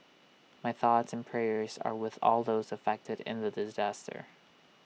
my thoughts and prayers are with all those affected in the disaster